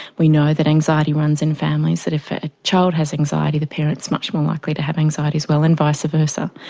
we know that anxiety runs in families, that if a child has anxiety the parents are much more likely to have anxiety as well, and vice versa.